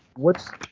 what's